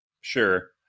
Sure